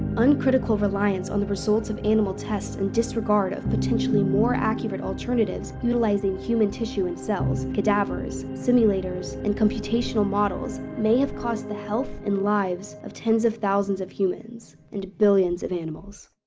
uncritical reliance on the results of animal tests in disregard of potentially more accurate alternatives utilising human tissue and cells, cadavers, simulators and computational models, may have cost the health and lives of tens of thousands of humans, and billions of animals.